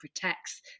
protects